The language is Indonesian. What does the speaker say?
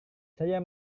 saya